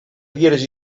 rieres